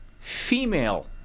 female